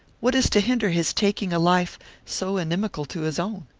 what is to hinder his taking a life so inimical to his own?